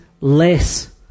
less